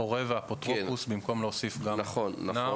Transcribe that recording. הורה ואפוטרופוס במקום להוסיף גם נער.